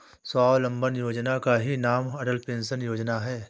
स्वावलंबन योजना का ही नाम अटल पेंशन योजना है